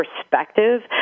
perspective